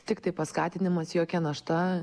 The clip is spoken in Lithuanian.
tiktai paskatinimas jokia našta